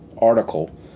article